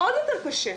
עוד יותר קשה.